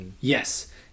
Yes